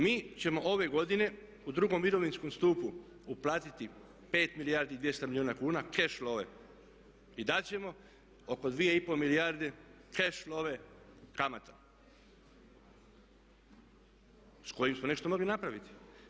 Mi ćemo ove godine u drugom mirovinskom stupu uplatiti 5 milijardi i 200 milijuna kuna keš love i dat ćemo oko 2,5 milijarde keš love kamata s kojima smo nešto mogli napraviti.